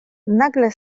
nagle